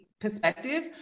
perspective